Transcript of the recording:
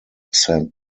saint